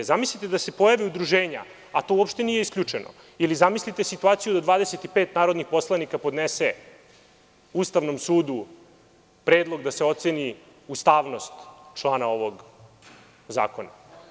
Zamislite da se pojave udruženja, a to uopšte nije isključeno, ili zamislite situaciju da 25 narodnih poslanika podnese Ustavnom sudu predlog da se oceni ustavnost člana ovog zakona.